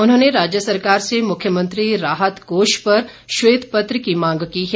उन्होंने राज्य सरकार से मुख्यमंत्री राहत कोष पर श्वेत पत्र की मांग की है